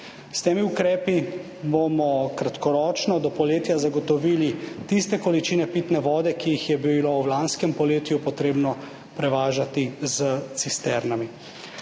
S temi ukrepi bomo kratkoročno do poletja zagotovili tiste količine pitne vode, ki jih je bilo v lanskem poletju potrebno prevažati s cisternami.